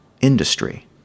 industry